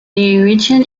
region